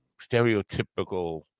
stereotypical